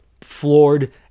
floored